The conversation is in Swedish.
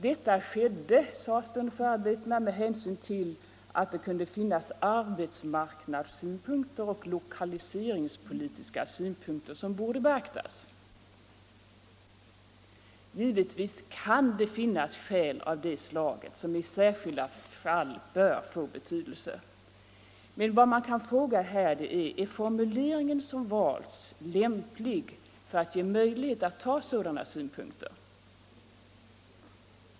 Denna vidgning skedde, sades det under förarbetena, med hänsyn till att det kunde finnas arbetsmarknadssynpunkter och lokaliseringspolitiska synpunkter som borde beaktas. Givetvis kan det föreligga skäl av det slaget som i särskilda fall bör få betydelse. Men man kan här fråga om den formulering som valts är lämplig när det gäller att ge möjligheter att ta sådana hänsyn.